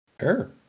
Sure